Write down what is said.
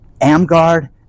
Amgard